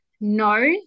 No